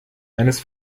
eines